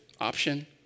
option